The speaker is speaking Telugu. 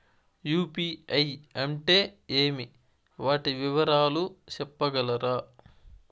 యు.పి.ఐ అంటే ఏమి? వాటి వివరాలు సెప్పగలరా?